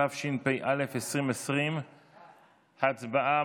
התשפ"א 2020. הצבעה,